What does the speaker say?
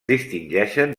distingeixen